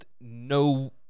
no